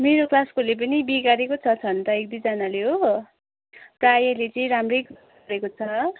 मेरो क्लासकोले पनि बिगारेको छ छनु त एक दुईजनाले हो प्रायःले चाहिँ राम्रै गरेको छ